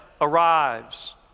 arrives